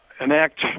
enact